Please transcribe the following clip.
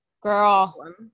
girl